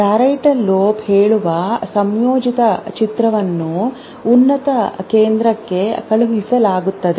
parietal lobe ಹೇಳುವ ಸಂಯೋಜಿತ ಚಿತ್ರವನ್ನು ಉನ್ನತ ಕೇಂದ್ರಕ್ಕೆ ಕಳುಹಿಸಲಾಗುತ್ತದೆ